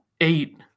Eight